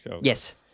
Yes